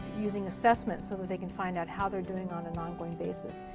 using assessments so that they can find out how they're doing on an ongoing basis,